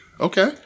Okay